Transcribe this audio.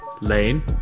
lane